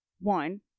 One